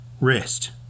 wrist